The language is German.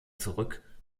zurück